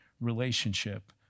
relationship